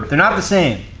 they're not the same.